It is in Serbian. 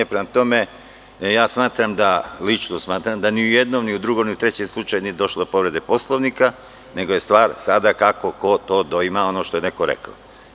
Prema tome, lično smatram da ni u jednom, ni u drugom, ni u trećem slučaju nije došlo do povrede Poslovnika, nego je stvar sada kako ko doima ono što je neko rekao.